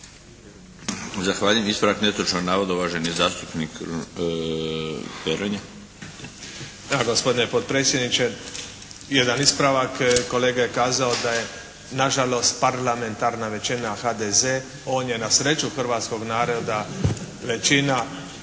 Zahvaljujem. Ispravak netočnog navoda uvaženi zastupnik Peronja.